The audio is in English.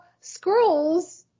scrolls